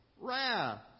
wrath